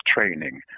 training